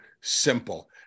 simple